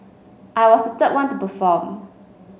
I was the third one to perform